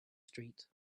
street